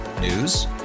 News